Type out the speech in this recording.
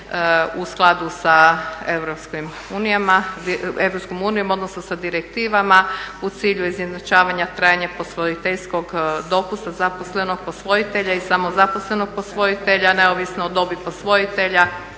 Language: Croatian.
Europskom unijom, odnosno sa direktivama u cilju izjednačavanja trajanja posvojiteljskog dopusta zaposlenog posvojitelja i samozaposlenog posvojitelja, neovisno o dobi posvojenog